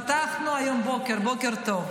פתחנו היום בוקר, בוקר טוב.